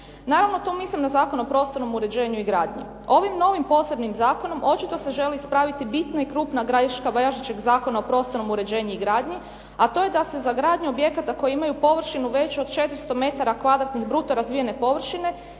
Naravno, tu mislim na Zakon o prostornom uređenju i gradnji. Ovim novim posebnim zakonom očito se želi spraviti bitna i krupna greška važećeg Zakona o prostornom uređenju i gradnju, a to je da se za gradnju objekata koji imaju površinu veću od 400 metara kvadratnih bruto razvijene površine